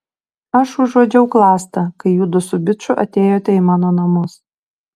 aš užuodžiau klastą kai judu su biču atėjote į mano namus